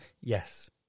Yes